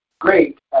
Great